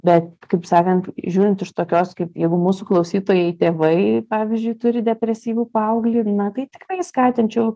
bet kaip sakant žiūrint iš tokios kaip jeigu mūsų klausytojai tėvai pavyzdžiui turi depresyvų paauglį na tai tikrai skatinčiau